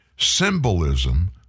symbolism